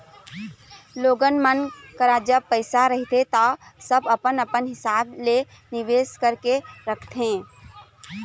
लोगन मन करा जब पइसा रहिथे ता सब अपन अपन हिसाब ले निवेस कर करके रखथे